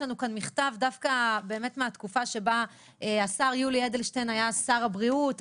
יש לנו כאן מכתב מהתקופה שבה השר יולי אדלשטיין היה שר הבריאות,